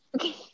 okay